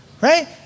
right